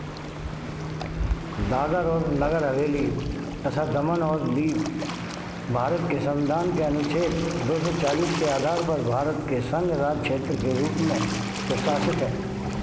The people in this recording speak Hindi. दादर और नगर हवेली तथा दमन और दीव भारत के संविधान के अनुच्छेद दो सौ चालीस के आधार पर भारत के संघ राज्य क्षेत्र के रूप में प्रशासित हैं